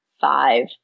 five